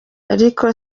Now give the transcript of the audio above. ariko